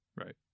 Right